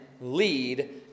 lead